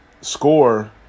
score